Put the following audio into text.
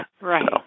Right